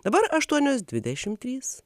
dabar aštuonios dvidešim trys